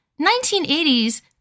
1980s